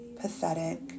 pathetic